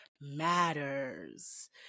matters